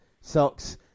socks